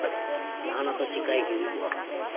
ᱡᱟᱸᱦᱟᱱᱟᱜ ᱫᱚ ᱪᱤᱠᱟᱹᱭ ᱜᱮ ᱦᱳᱭᱳᱜᱼᱟ